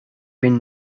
been